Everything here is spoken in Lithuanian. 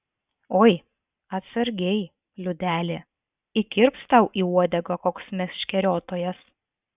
oi atsargiai liudeli įkirps tau į uodegą koks meškeriotojas